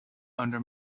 under